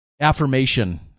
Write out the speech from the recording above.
affirmation